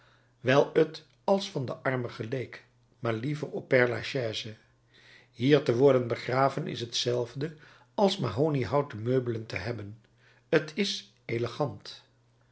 wijl t als van den arme geleek maar liever op père lachaise hier te worden begraven is t zelfde als mahoniehouten meubelen te hebben t is elegant